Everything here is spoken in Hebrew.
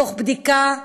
מתוך בדיקה,